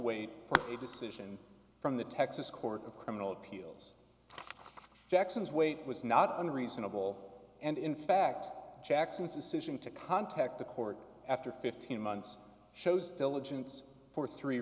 wait for a decision from the texas court of criminal appeals jackson's wait was not unreasonable and in fact jackson's decision to contact the court after fifteen months shows diligence for three